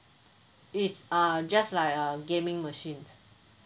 it's uh just like uh gaming machines